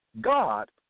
God